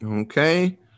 Okay